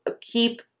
keep